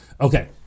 Okay